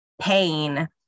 pain